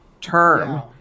term